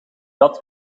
dat